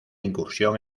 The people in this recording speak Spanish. incursión